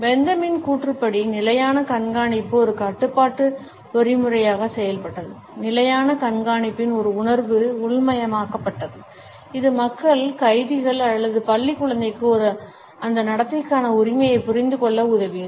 பெந்தமின் கூற்றுப்படி நிலையான கண்காணிப்பு ஒரு கட்டுப்பாட்டு பொறிமுறையாக செயல்பட்டது நிலையான கண்காணிப்பின் ஒரு உணர்வு உள்மயமாக்கப்பட்டது இது மக்கள் கைதிகள் அல்லது பள்ளி குழந்தைகளுக்கு அந்த நடத்தைக்கான உரிமையை புரிந்து கொள்ள உதவியது